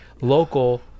local